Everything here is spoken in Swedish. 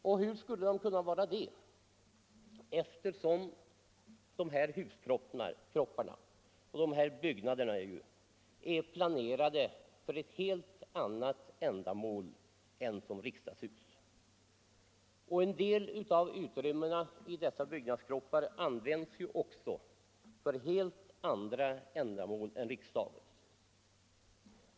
Och hur skulle de kunna vara det, när de här byggnaderna är planerade för ett helt annat ändamål än att vara riksdagshus? En del av utrymmena i dessa byggnadskroppar används också för helt andra ändamål än riksdagens.